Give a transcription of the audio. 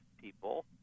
people